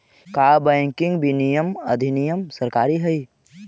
का बैंकिंग विनियमन अधिनियम सरकारी हई?